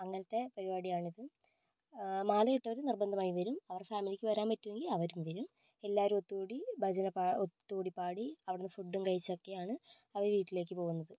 അങ്ങനത്തെ പരിപാടിയാണിത് മാല ഇട്ടവർ നിർബന്ധമായും വരും അവരുടെ ഫാമിലിക്ക് വരാൻ പറ്റുമെങ്കിൽ അവരും വരും എല്ലാവരും ഒത്തുകൂടി ഭജന ഒത്തുകൂടി പാടി അവിടുന്ന് ഫുഡും കഴിച്ച് ഒക്കെയാണ് അവർ വീട്ടിലേക്ക് പോകുന്നത്